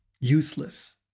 useless